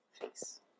face